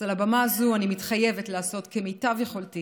מעל הבמה הזאת אני מתחייבת לעשות כמיטב יכולתי